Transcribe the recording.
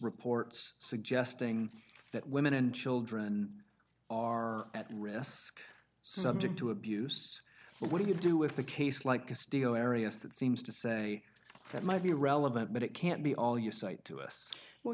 reports suggesting that women and children are at risk subject to abuse what do you do with a case like a steel arius that seems to say that might be relevant but it can't be all you cite to us well